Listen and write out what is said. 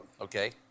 Okay